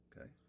Okay